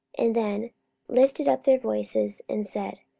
and then lifted up their voices, and said,